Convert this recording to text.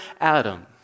Adam